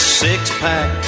six-pack